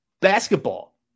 basketball